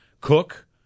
Cook